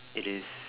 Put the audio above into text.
it is